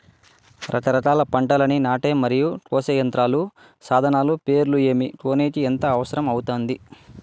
రకరకాల పంటలని నాటే మరియు కోసే యంత్రాలు, సాధనాలు పేర్లు ఏమి, కొనేకి ఎంత అవసరం అవుతుంది?